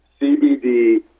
CBD